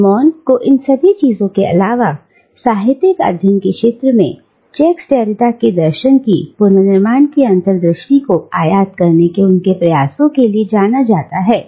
D Man को इन सभी चीजों के अलावा साहित्यिक अध्ययन के क्षेत्र में जैक्स डेरिडा की दर्शन के पुनर्निर्माण की अंतर्दृष्टि को आयात करने के उनके प्रयासों के लिए जाना चाहता है